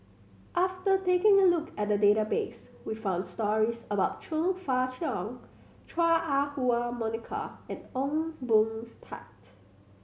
after taking a look at the database we found stories about Chong Fah Cheong Chua Ah Huwa Monica and Ong Boon Tat